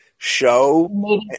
show